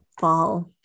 fall